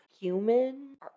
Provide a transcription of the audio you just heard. human